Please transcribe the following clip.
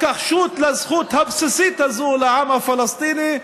וההתכחשות לזכות הבסיסית הזאת של העם הפלסטיני,